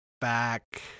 back